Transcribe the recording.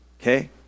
Okay